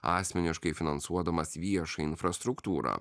asmeniškai finansuodamas viešą infrastruktūrą